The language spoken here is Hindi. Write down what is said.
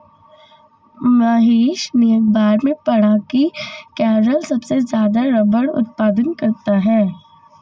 महेश ने अखबार में पढ़ा की केरल सबसे ज्यादा रबड़ उत्पादन करता है